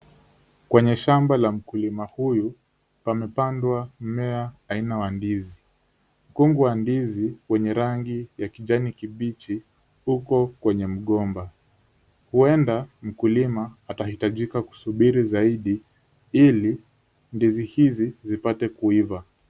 Kwenye shamba la mkulima huyu pamepandwa mmea aina ya ndizi, mkungu wa ndizi wenye rangi ya kijani kibichi uko kwenye mgomba, huenda mkulima atahitajika kusubiri zaidi ili ndizi hizi zipate kuiva.